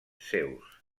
seus